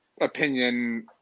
opinion